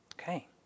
Okay